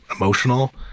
emotional